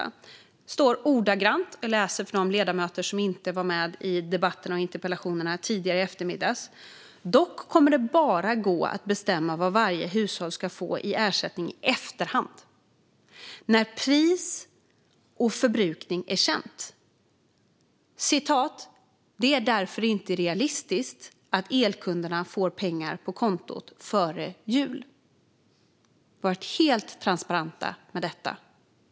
Det står ordagrant; jag läser för ledamöter som inte var med i interpellationsdebatterna tidigare i eftermiddag: Dock kommer det bara gå att bestämma vad varje hushåll ska få i ersättning i efterhand när pris och förbrukning är känt. Det är därför inte realistiskt att elkunderna får pengar på kontot före jul. Vi har varit helt transparenta med detta.